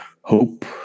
hope